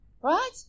right